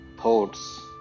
thoughts